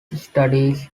studies